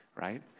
right